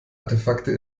artefakte